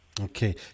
Okay